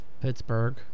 Pittsburgh